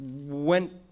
went